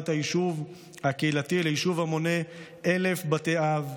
היישוב הקהילתי ליישוב המונה 1,000 בתי אב,